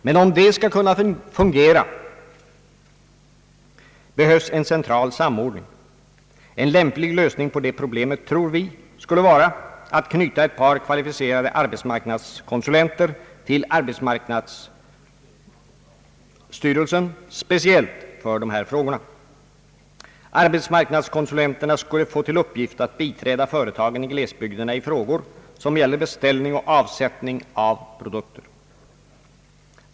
Men om detta skall kunna fungera behövs en central samordning. En lämplig lösning på det problemet tror vi skulle vara att knyta ett par kvalificerade arbetsmarknadskonsulenter till arbetsmarknadsstyrelsen speciellt för dessa frågor. Arbetsmarknadskonsulenterna skulle få till uppgift att biträda företagen i glesbygderna i frågor som gäller beställning och avsättning av produkter.